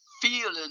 feeling